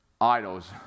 idols